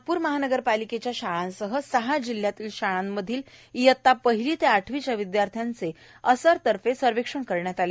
नागपूर महानगरपालिकेच्या शाळांसह सहा जिल्ह्यांतील शाळांमधील इयत्ता पहिली ते आठवीच्या विद्यार्थ्यांचे असरतर्फे सव्हे करण्यात आले